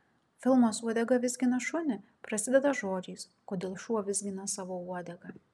filmas uodega vizgina šunį prasideda žodžiais kodėl šuo vizgina savo uodegą